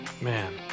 Man